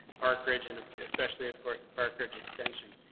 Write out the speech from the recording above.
park ridge and especially of course the park ridge extension